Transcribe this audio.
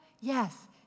Yes